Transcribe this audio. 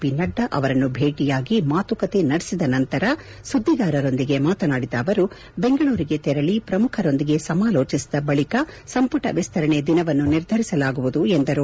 P Nadda ಅವರನ್ನು ಭೇಟಿಯಾಗಿ ಮಾತುಕತೆ ನಡೆಸಿದ ನಂತರ ಸುದ್ದಿಗಾರರೊಂದಿಗೆ ಮಾತನಾಡಿದ ಅವರು ಬೆಂಗಳೂರಿಗೆ ತೆರಳಿ ಪ್ರಮುಖರೊಂದಿಗೆ ಸಮಾಲೋಚಿಸಿದ ಬಳಿಕ ಸಂಪುಟ ವಿಸ್ತರಣೆ ದಿನವನ್ನು ನಿರ್ಧರಿಸಲಾಗುವುದು ಎಂದರು